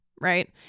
right